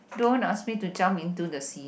don't ask me to jump into the sea